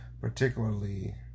Particularly